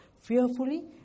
Fearfully